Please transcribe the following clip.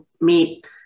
meet